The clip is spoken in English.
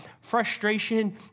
frustration